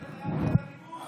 הרצח היה בגלל הכיבוש,